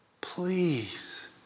Please